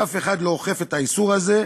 אף אחד לא אוכף את האיסור הזה,